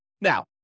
Now